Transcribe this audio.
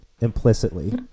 implicitly